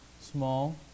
small